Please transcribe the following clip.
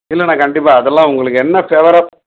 இல்லை நான் கண்டிப்பாக அதெல்லாம் உங்களுக்கு என்ன ஃபேவராக